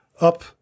up